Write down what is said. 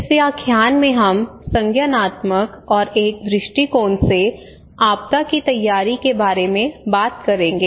इस व्याख्यान में हम संज्ञानात्मक और एक दृष्टिकोण से आपदा की तैयारी के बारे में बात करेंगे